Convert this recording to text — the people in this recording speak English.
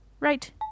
Right